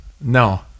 No